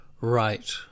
Right